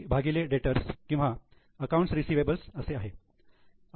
विक्री भागिले डेटर्स किंवा अकाउंट्स रिसिवेबल्स असे आहे